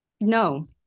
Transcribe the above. No